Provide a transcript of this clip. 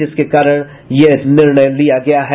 जिसके कारण यह निर्णय लिया गया है